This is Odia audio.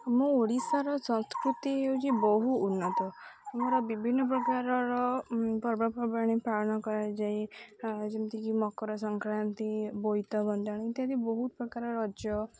ଆମ ଓଡ଼ିଶାର ସଂସ୍କୃତି ହେଉଛି ବହୁ ଉନ୍ନତ ଆମର ବିଭିନ୍ନପ୍ରକାରର ପର୍ବପର୍ବାଣି ପାଳନ କରାଯାଏ ଯେମିତିକି ମକର ସଂକ୍ରାନ୍ତି ବୋଇତ ବନ୍ଦାଣି ଇତ୍ୟାଦି ବହୁତ ପ୍ରକାର ରଜ